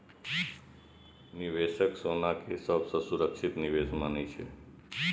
निवेशक सोना कें सबसं सुरक्षित निवेश मानै छै